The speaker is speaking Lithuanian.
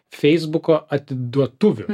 feisbuko atiduotuvių